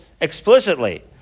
explicitly